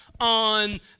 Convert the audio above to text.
on